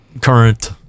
Current